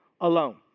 alone